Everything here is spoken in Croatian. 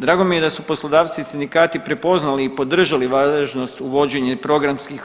Drago mi je da su poslodavci i sindikati prepoznali i podržali važnost uvođenja programskih